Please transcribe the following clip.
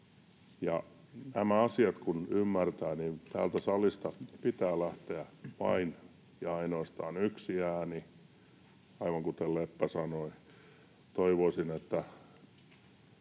Nämä asiat kun ymmärtää, niin täältä salista pitää lähteä vain ja ainoastaan yksi ääni, aivan kuten Leppä sanoi. Toivoisin, että